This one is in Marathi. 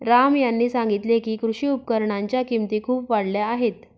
राम यांनी सांगितले की, कृषी उपकरणांच्या किमती खूप वाढल्या आहेत